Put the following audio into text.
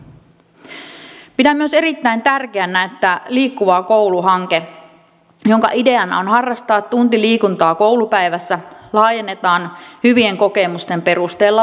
pidän myös erittäin tärkeänä että liikkuva koulu hanke jonka ideana on harrastaa tunti liikuntaa koulupäivässä laajennetaan hyvien kokemusten perusteella valtakunnalliseksi